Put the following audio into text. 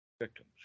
victims